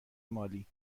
مالی